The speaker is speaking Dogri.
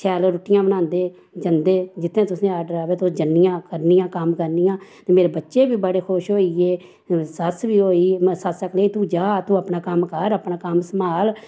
शैल रुट्टियां बनांदे जंदे जित्थें तुसें आर्डर आवै तुस जन्नियां करनियां कम्म करनियां मेरे बच्चे बी बड़े खुश होइये सस्स बी होई सस्स आखन लगी तूं जा तूं अपना कम्म कर अपना कम्म सम्भाल